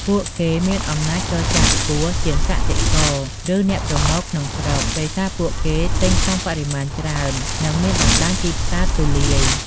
ពួកគេមានអំណាចចរចាខ្ពស់ជាងកសិករ ឬអ្នកប្រមូលក្នុងស្រុក ដោយសារពួកគេទិញក្នុងបរិមាណច្រើន និងមានបណ្តាញទីផ្សារទូលាយ។